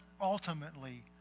ultimately